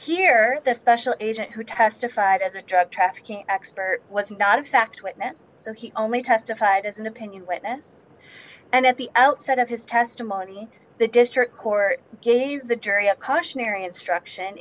here the special agent who testified as a drug trafficking expert was not a fact witness so he only testified as an opinion witness and at the outset of his testimony the district court gave the jury a caution or instruction